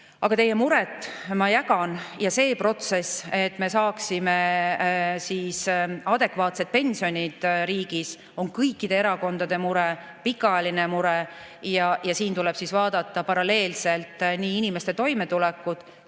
Aga teie muret ma jagan. See protsess, et me saaksime riigis adekvaatsed pensionid, on kõikide erakondade mure, pikaajaline mure. Siin tuleb vaadata paralleelselt nii inimeste toimetulekut,